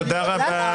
תודה רבה.